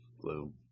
Blue